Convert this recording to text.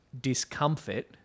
discomfort